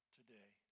today